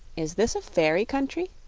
is this a fairy country?